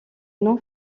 noms